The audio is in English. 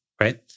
right